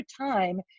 time